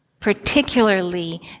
Particularly